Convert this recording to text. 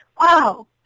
wow